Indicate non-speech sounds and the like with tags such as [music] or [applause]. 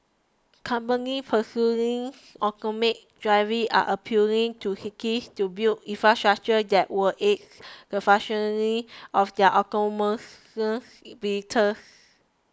companies pursuing automated driving are appealing to cities to build infrastructure that will aid the functioning of their [unintelligible] vehicles